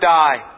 die